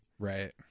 right